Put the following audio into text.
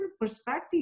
perspective